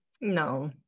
No